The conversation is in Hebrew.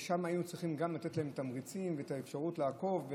וגם שם היינו צריכים לתת להם תמריצים ואפשרות לעקוב.